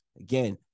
Again